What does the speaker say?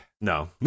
No